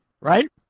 right